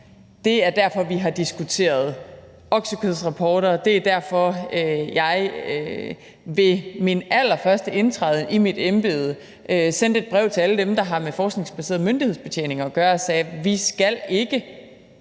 Det er derfor, at vi har diskuteret oksekødsrapporter. Det er derfor, at jeg ved min allerførste indtræden i mit embede sendte et brev til alle dem, der har med forskningsbaseret myndighedsbetjening at gøre, og sagde, at vi ikke